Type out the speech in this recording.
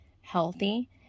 healthy